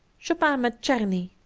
chopin met czerny.